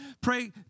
Pray